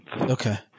Okay